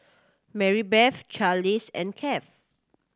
Marybeth Charlize and Kieth